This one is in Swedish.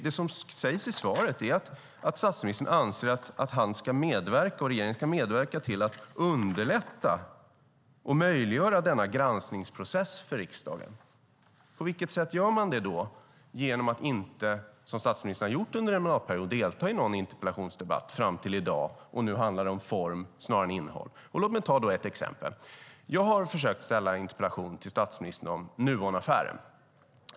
Det som sägs i svaret är att statsministern anser att han och regeringen ska medverka till att "underlätta och möjliggöra denna granskningsprocess" för riksdagen. På vilket sätt gör man då det genom att inte, som statsministern har gjort under en mandatperiod, delta i någon interpellationsdebatt fram till i dag, när det handlar om form snarare än innehåll? Låt mig ta ett exempel. Jag har ställt en interpellation till statsministern om Nuonaffären.